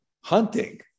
hunting